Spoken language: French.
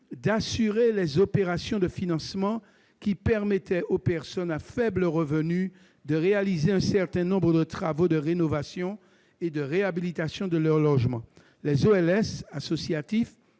plus les opérations de financement qui permettaient aux personnes à faibles revenus de réaliser un certain nombre de travaux de rénovation et de réhabilitation de leur logement. Les OLS « associatifs